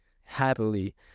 happily